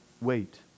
wait